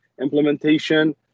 implementation